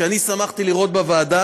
אחד הדברים שאני שמחתי לראות בוועדה